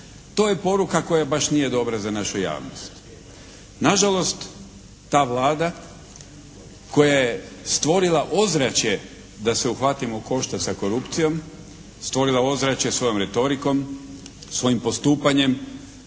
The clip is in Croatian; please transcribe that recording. To je poruka koja baš nije dobra za našu javnost. Nažalost ta Vlada koja je stvorila ozračje da se uhvatimo u koštac sa korupcijom, stvorila ozračje svojoj retorikom, svojim postupanjem,